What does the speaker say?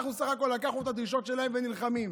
אנחנו בסך הכול לקחנו את הדרישות שלהם, ונלחמים.